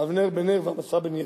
אבנר בן נר ועמשא בן יתר.